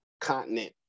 continent